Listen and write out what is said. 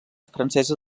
francesa